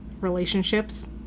Relationships